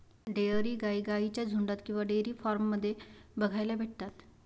dairy गाई गाईंच्या झुन्डात किंवा डेयरी फार्म मध्ये बघायला भेटतात